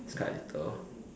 it's quite little